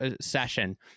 session